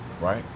right